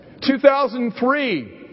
2003